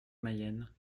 mayenne